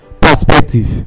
perspective